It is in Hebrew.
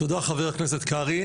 תודה חבר הכנסת קרעי.